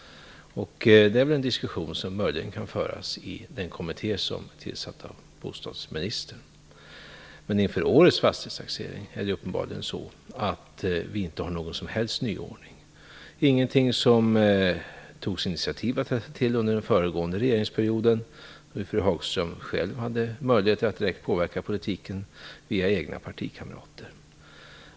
Den diskussionen kan väl möjligen föras i den kommitté som bostadsministern tillsatt. Men inför årets fastighetstaxering finns det uppenbarligen ingen som helst nyordning. Det togs inga initiativ under den föregående regeringsperioden, då fru Hagström själv hade möjligheter att direkt påverka politiken via egna partikamrater.